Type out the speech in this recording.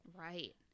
Right